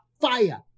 fire